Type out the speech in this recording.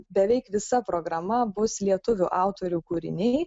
beveik visa programa bus lietuvių autorių kūriniai